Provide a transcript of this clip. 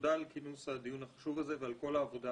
ותודה על כינוס הדיון החשוב הזה ועל כל העבודה